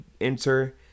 enter